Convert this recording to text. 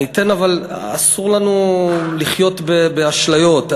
אסור לנו לחיות באשליות.